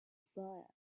fire